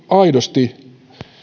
aidosti